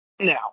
now